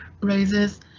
raises